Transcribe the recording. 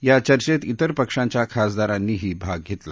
या चर्चेत विर पक्षांच्या खासदारांनीही भाग घेतला